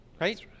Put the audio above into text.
right